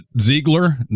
Ziegler